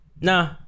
nah